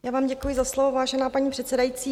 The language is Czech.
Já vám děkuji za slovo, vážená paní předsedající.